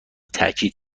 تاکید